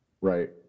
Right